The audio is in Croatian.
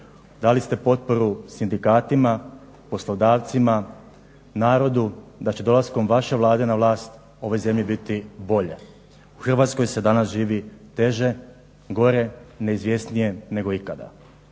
Dali ste potporu sindikatima, poslodavcima, narodu da će dolaskom vaše Vlade na vlast ovoj zemlji biti bolje. U Hrvatskoj se danas živi teže, gore, neizvjesnije nego ikada.